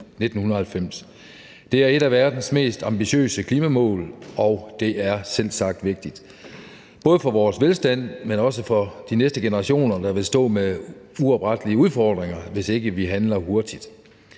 Det er et af verdens mest ambitiøse klimamål, og det er selvsagt vigtigt, både for vores velstand, men også for de næste generationer, som vil stå med uoprettelige udfordringer, hvis ikke vi handler hurtigt.